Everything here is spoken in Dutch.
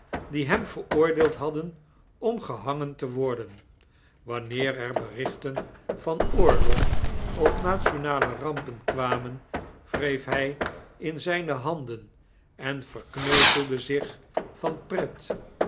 die hem veroordeeld hadden om gehangen te worden wanneer er berichten van oorlog of nationale rampen kwamen wreef hy in zijne handen en verkneukelde zich van pret